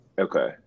Okay